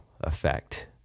effect